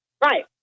Right